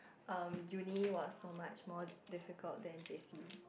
um Uni was so much more difficult than J_C